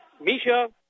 Misha